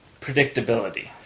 predictability